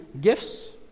gifts